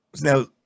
now